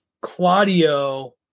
claudio